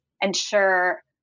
ensure